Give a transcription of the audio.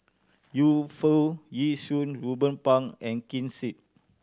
Yu Foo Yee Shoon Ruben Pang and Ken Seet